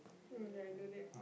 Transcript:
um yeah I do that